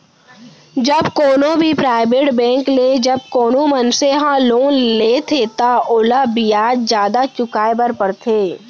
जब कोनो भी पराइबेट बेंक ले जब कोनो मनसे ह लोन लेथे त ओला बियाज जादा चुकाय बर परथे